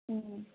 ꯎꯝ